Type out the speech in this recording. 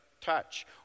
touch